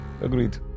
Agreed